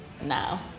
now